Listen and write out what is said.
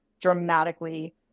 dramatically